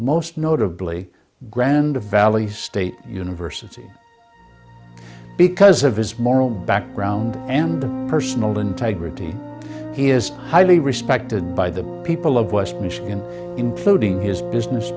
most notably grand valley state university because of his moral background and personal integrity he is highly respected by the people of west michigan including his business